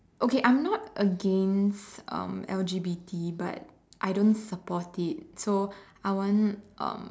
okay I'm not against um L_G_B_T but I don't support it so I won't um